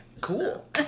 cool